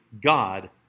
God